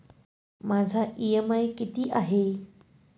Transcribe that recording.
माझा इ.एम.आय किती आहे?